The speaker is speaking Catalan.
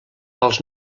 els